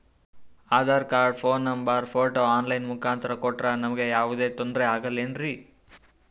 Aadhaar card, phone number, photo online ಮುಖಾಂತ್ರ ಕೊಟ್ರ ನಮಗೆ ಯಾವುದೇ ತೊಂದ್ರೆ ಆಗಲೇನ್ರಿ?